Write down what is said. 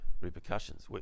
repercussions